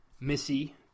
Missy